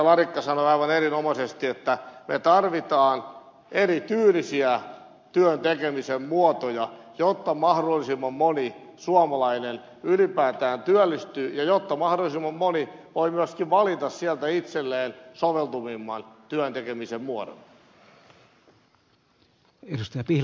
larikka sanoi aivan erinomaisesti että me tarvitsemme erityylisiä työn tekemisen muotoja jotta mahdollisimman moni suomalainen ylipäätään työllistyy ja jotta mahdollisimman moni voi myöskin valita sieltä itselleen soveltuvimman työn tekemisen muodon